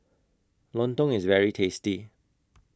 Lontong IS very tasty